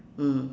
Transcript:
mm